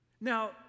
Now